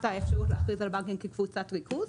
האפשרות להכריז על בנקים כקבוצת ריכוז,